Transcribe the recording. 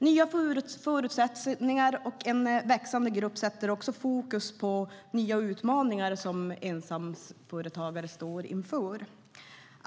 Nya förutsättningar och en växande grupp sätter också fokus på nya utmaningar som ensamföretagare står inför.